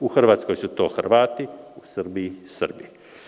U Hrvatskoj su to Hrvati u Srbiji Srbi.